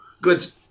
good